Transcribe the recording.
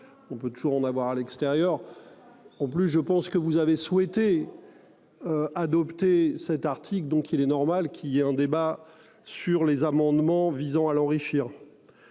On peut toujours en avoir à l'extérieur. En plus je pense que vous avez souhaité. Adopter cet article donc il est normal qu'il y ait un débat sur les amendements visant à l'enrichir.